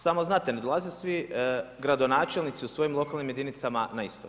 Samo znate, ne dolaze svi gradonačelnici u svojim lokalnim jedinicama na isto.